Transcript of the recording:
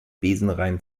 besenrein